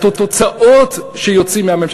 והתוצאות שיוצאות מהממשלה,